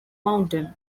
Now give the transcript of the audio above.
mountain